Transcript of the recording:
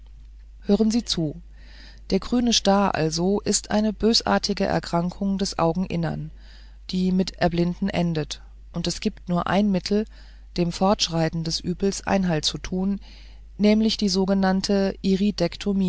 hören sie zu der grüne star also ist eine bösartige erkrankung des augeninnern die mit erblinden endet und es gibt nur ein mittel dem fortschreiten des übels einhalt zu tun nämlich die sogenannte